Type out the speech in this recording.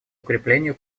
укреплению